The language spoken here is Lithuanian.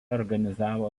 organizavo